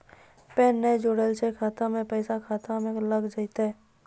Pan ने जोड़लऽ छै खाता मे पैसा खाता मे लग जयतै?